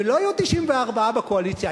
ולא יהיו 94 בקואליציה,